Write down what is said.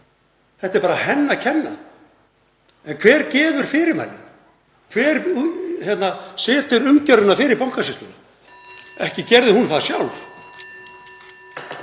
þetta sé bara henni að kenna. En hver gefur fyrirmælin? Hver setur umgjörðina fyrir Bankasýsluna? Ekki gerði hún það sjálf.